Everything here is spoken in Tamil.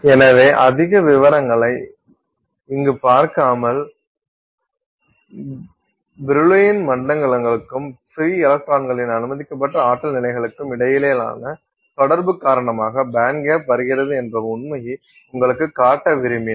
எனவே அதிக விவரங்களை இங்கு பார்க்காமல் பிரில்லூயின் மண்டலங்களுக்கும் பிரீ எலக்ட்ரான்களின் அனுமதிக்கப்பட்ட ஆற்றல் நிலைகளுக்கும் இடையிலான தொடர்பு காரணமாக பேண்ட்கேப் வருகிறது என்ற உண்மையை உங்களுக்குக் காட்ட விரும்பினேன்